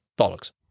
Bollocks